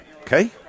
Okay